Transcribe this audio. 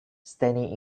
standing